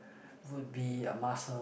would be a muscle